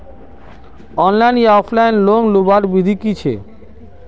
Online या offline loan लुबार विधि की छे?